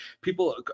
people